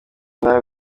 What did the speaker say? nabi